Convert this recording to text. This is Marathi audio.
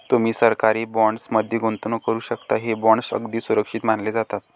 तुम्ही सरकारी बॉण्ड्स मध्ये गुंतवणूक करू शकता, हे बॉण्ड्स अगदी सुरक्षित मानले जातात